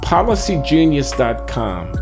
policygenius.com